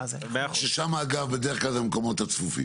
ששם אגב, בדרך כלל, אלה המקומות הצפופים.